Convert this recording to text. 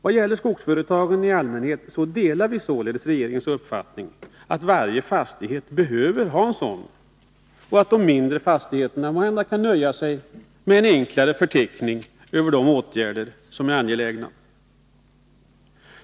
Vad gäller skogsföretagen i allmänhet delar vi således helt regeringens uppfattning att varje fastighet behöver ha en sådan och att de mindre fastigheterna måhända kan nöja sig med en enklare förteckning över de åtgärder som är angelägna.